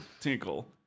tinkle